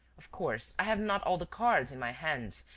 of course, i have not all the cards in my hands,